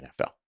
NFL